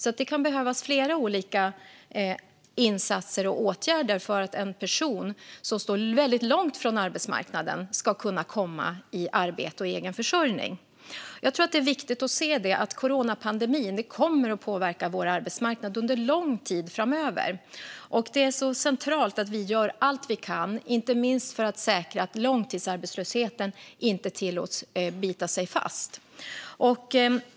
Det kan behövas flera olika insatser och åtgärder för att en person som står långt ifrån arbetsmarknaden ska kunna komma i arbete och egen försörjning. Jag tror att det är viktigt att inse att coronapandemin kommer att påverka vår arbetsmarknad under lång tid framöver. Det är centralt att vi gör allt vi kan, inte minst för att säkra att långtidsarbetslösheten inte tillåts bita sig fast.